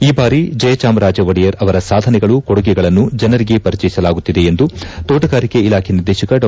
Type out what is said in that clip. ಈ ಬಾರಿ ಜಯಚಾಮರಾಜ ಒಡೆಯರ್ ಅವರ ಸಾಧನೆಗಳು ಕೊಡುಗೆಗಳನ್ನು ಜನರಿಗೆ ಪರಿಚಯಿಸಲಾಗುತ್ತಿದೆ ಎಂದು ತೋಟಗಾರಿಕೆ ಇಲಾಖೆ ನಿರ್ದೆಶಕ ಡಾ